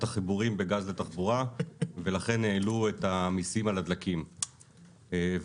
החיבורים בגז לתחבורה ולכן העלו את המיסים על הדלקים והוועדה